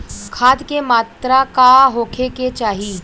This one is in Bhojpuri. खाध के मात्रा का होखे के चाही?